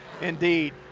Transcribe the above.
Indeed